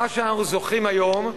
מה שאנחנו זוכרים היום,